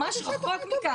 ממש רחוק מכך,